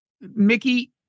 Mickey